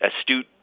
astute